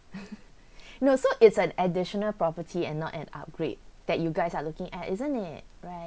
no so it's an additional property and not an upgrade that you guys are looking at isn't it right